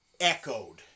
echoed